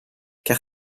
car